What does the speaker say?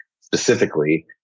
specifically